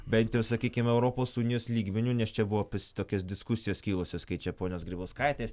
bent jau sakykim europos unijos lygmeniu nes čia buvo tokios diskusijos kilusios kai čia ponios grybauskaitės